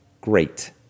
great